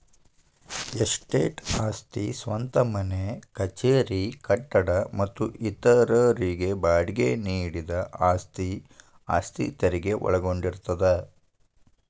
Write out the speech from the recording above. estate ಆಸ್ತಿ ಸ್ವಂತ ಮನೆ ಕಚೇರಿ ಕಟ್ಟಡ ಮತ್ತ ಇತರರಿಗೆ ಬಾಡ್ಗಿ ನೇಡಿದ ಆಸ್ತಿ ಆಸ್ತಿ ತೆರಗಿ ಒಳಗೊಂಡಿರ್ತದ